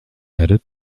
edit